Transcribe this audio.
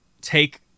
take